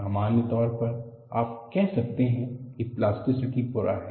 सामान्य तौर पर आप कह सकते हैं कि प्लास्टिसिटी बुरा है